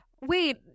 Wait